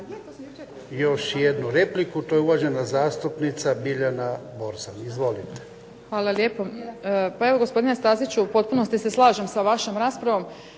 još jednu repliku. Uvažena zastupnica Biljana Borzan. Izvolite. **Borzan, Biljana (SDP)** Hvala lijepo. Pa evo gospodine Staziću u potpunosti se slažem sa vašom raspravom.